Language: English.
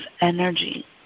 energy